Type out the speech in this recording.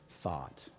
thought